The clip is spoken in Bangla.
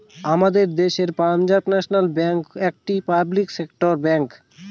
আমাদের দেশের পাঞ্জাব ন্যাশনাল ব্যাঙ্ক একটি পাবলিক সেক্টর ব্যাঙ্ক